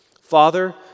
Father